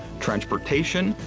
transportation,